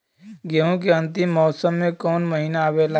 गेहूँ के अंतिम मौसम में कऊन महिना आवेला?